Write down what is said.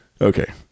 Okay